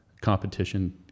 competition